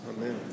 Amen